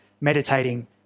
meditating